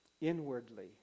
inwardly